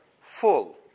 full